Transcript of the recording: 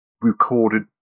recorded